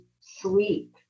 sleep